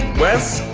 wes?